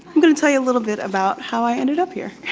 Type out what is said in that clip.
gonna tell you a little bit about how i ended up here.